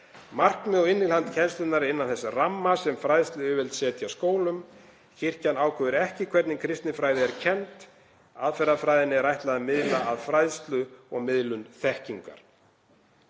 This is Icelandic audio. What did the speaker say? Markmið og innihald kennslunnar er innan þess ramma sem fræðsluyfirvöld setja skólum. Kirkjan ákveður ekki hvernig kristinfræði er kennd. Aðferðafræðinni er ætlað að miða að fræðslu og miðlun þekkingar.